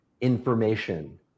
information